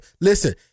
Listen